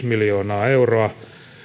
miljoonaa euroa